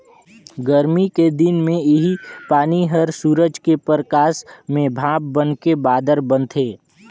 गरमी के दिन मे इहीं पानी हर सूरज के परकास में भाप बनके बादर बनथे